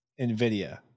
nvidia